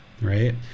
right